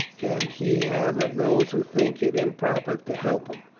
can he have of those who think it improper to help him?